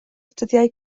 dyddiau